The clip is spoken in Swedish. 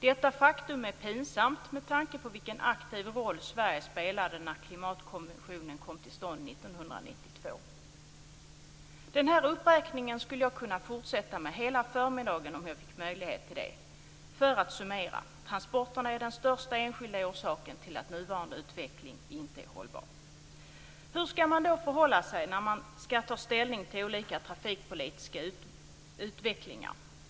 Detta faktum är pinsamt med tanke på vilken aktiv roll Sverige spelade när klimatkonventionen kom till stånd 1992. Den här uppräkningen skulle jag kunna fortsätta med hela förmiddagen om jag fick möjlighet till det. För att summera: Transporterna är den största enskilda orsaken till att nuvarande utveckling inte är hållbar. Hur skall man då förhålla sig när man skall ta ställning till olika trafikpolitiska utvecklingar?